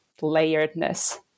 layeredness